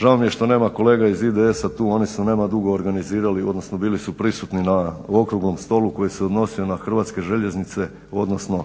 Žao mi je što nema kolega iz IDS-a tu. Oni su nema dugo organizirali, odnosno bili su prisutni na okruglom stolu koji se odnosio na Hrvatske željeznice, odnosno